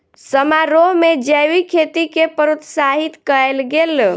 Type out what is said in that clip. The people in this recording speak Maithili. समारोह में जैविक खेती के प्रोत्साहित कयल गेल